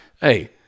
hey